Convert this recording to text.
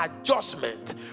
adjustment